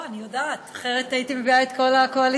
לא, אני יודעת, אחרת הייתי מביאה את כל הקואליציה.